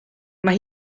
mae